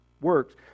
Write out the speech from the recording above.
works